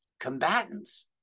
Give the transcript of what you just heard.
combatants